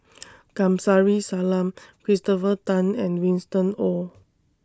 Kamsari Salam Christopher Tan and Winston Oh